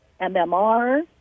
MMR